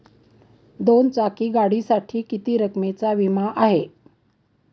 दोन चाकी गाडीसाठी किती रकमेचा विमा आहे?